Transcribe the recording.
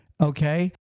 okay